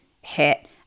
hit